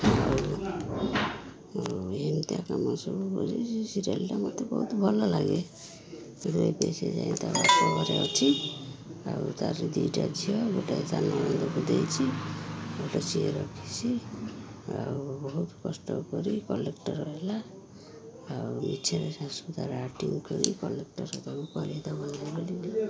ଆଉ ଆ ଏମିତିଆ କାମ ସବୁ କରି ସେ ସିରିଏଲଟା ମୋତେ ବହୁତ ଭଲଲାଗେ ଆଉ ଏବେ ସେ ଯାଇ ତା' ବାପଘରେ ଅଛି ଆଉ ତାର ଦୁଇଟା ଝିଅ ଗୋଟେ ତା' ନଣନ୍ଦକୁ ଦେଇଛି ଗୋଟେ ସିଏ ରଖିଛି ଆଉ ବହୁତ କଷ୍ଟ କରି କଲେକ୍ଟର ହେଲା ଆଉ ମିଛରେ ଶାଶୁ ତାର ଆକ୍ଟିଙ୍ଗ କରି କଲେକ୍ଟର ତାକୁ କରେଇଦେବନି ବୋଲି